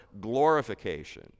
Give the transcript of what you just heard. glorification